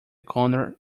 corner